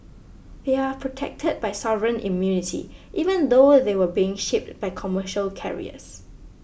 they are protected by sovereign immunity even though they were being shipped by commercial carriers